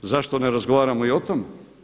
Zašto ne razgovaramo i o tome?